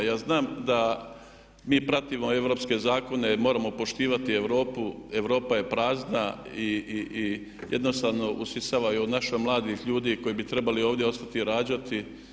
Ja znam da mi pratimo europske zakone, moramo postaviti Europu, Europa je prazna i jednostavno usisava i od naših mladih ljudi koji bi trebali ovdje ostati rađati.